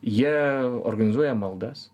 jie organizuoja maldas